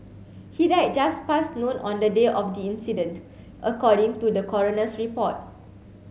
he died just past noon on the day of the incident according to the coroner's report